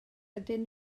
ydyn